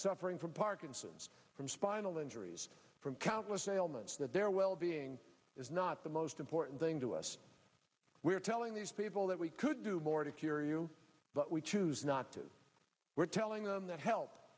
suffering from parkinson's from spinal injuries from countless ailments that their well being is not the most important thing to us we are telling these people that we could do more to cure you but we choose not to we're telling them that help